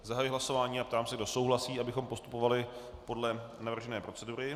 Zahajuji hlasování a ptám se, kdo souhlasí, abychom postupovali podle navržené procedury?